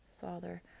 Father